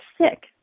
sick